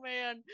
man